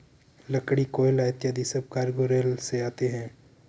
लकड़ी, कोयला इत्यादि सब कार्गो रेल से आते हैं